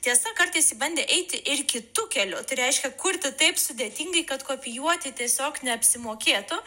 tiesa kartais ji bandė eiti ir kitu keliu tai reiškia kurti taip sudėtingai kad kopijuoti tiesiog neapsimokėtų